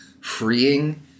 freeing